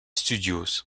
studios